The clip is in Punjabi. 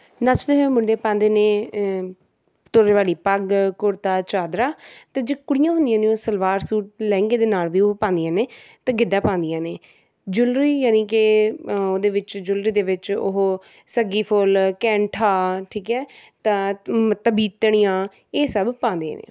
ਨੱਚਦੇ ਹੋਏ ਮੁੰਡੇ ਪਾਉਂਦੇ ਨੇ ਤੁਰਲੇ ਵਾਲੀ ਪੱਗ ਕੁੜਤਾ ਚਾਦਰਾ ਅਤੇ ਜੋ ਕੁੜੀਆਂ ਹੁੰਦੀਆਂ ਨੇ ਤਾਂ ਉਹ ਸਲਵਾਰ ਸੂਟ ਲਹਿੰਗੇ ਦੇ ਨਾਲ ਵੀ ਉਹ ਪਾਉਂਦੀਆਂ ਨੇ ਅਤੇ ਗਿੱਧਾ ਪਾਉਂਦੀਆਂ ਨੇ ਜੂਲਰੀ ਜਾਨੀ ਕੇ ਉਹਦੇ ਵਿੱਚ ਜੂਲਰੀ ਦੇ ਵਿੱਚ ਉਹ ਸੱਗੀ ਫੁੱਲ ਕੈਂਠਾ ਠੀਕ ਹੈ ਤਾਂ ਤਬੀਤੀਆਂ ਇਹ ਸਭ ਪਾਉਂਦੇ ਨੇ